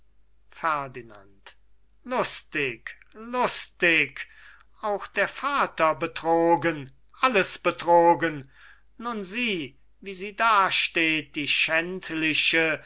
ferdinand lustig lustig auch der vater betrogen alles betrogen nun sieh wie sie dasteht die schändliche